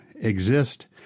exist